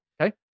Okay